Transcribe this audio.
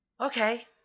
okay